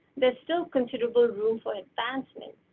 there's still considerable room for advancement.